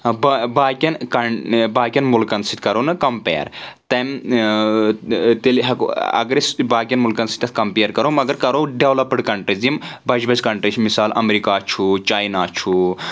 باقیَن باقیَن مُلکَن سۭتۍ کرو نہٕ کَمپِیَر تَمہِ تیٚلہِ ہؠکو اگر أسۍ باقیَن مُلکَن سۭتۍ تَتھ کَمپِیَر کرَو مگر کرو ڈؠولَپٕڈ کَنٛٹٕرِیٖز یِم بَجہِ بَجہِ کَنٛٹٕرِیٖز چھِ مِثال اَمریٖکا چھُ چایِنا چھُ